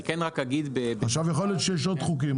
יכול להיות שיש עוד חוקים,